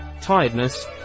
tiredness